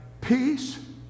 Peace